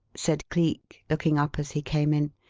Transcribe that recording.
said cleek, looking up as he came in,